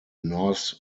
north